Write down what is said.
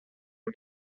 uma